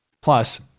Plus